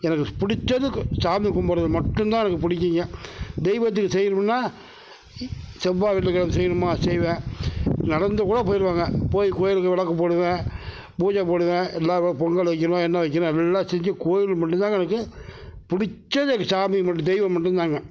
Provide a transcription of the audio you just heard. எனக்கு பிடிச்சது சாமி கும்பிடுறது மட்டும்தான் எனக்கு பிடிக்குங்க தெய்வத்துக்கு செய்யணும்னா செவ்வாய் வெள்ளிக்கெழமை செய்யணுமா செய்வேன் நடந்து கூட போய்டுவங்க போய் கோவிலுக்கு விளக்கு போடுவேன் பூஜை போடுவேன் எல்லாம் பொங்கல் வக்கணும் என்ன வைக்கணும் எல்லாம் செஞ்சு கோவிலுக்கு மட்டும்தாங்க எனக்கு பிடிச்சது சாமி மட்டும் தெய்வம் மட்டும்தாங்க